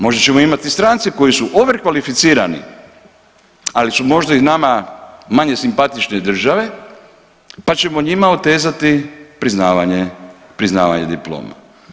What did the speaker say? Možda ćemo imati strance koji su ovekvalificirani, ali su možda iz nama manje simpatične države pa ćemo njima otezati priznavanje diplome.